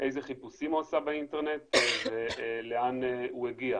איזה חיפושים הוא עשה באינטרנט ולאן הוא הגיע.